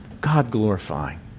God-glorifying